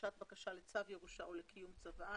הגשת בקשה לצו ירושה או לצו קיום צוואה.